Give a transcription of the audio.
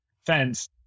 fence